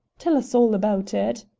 tell us all about it.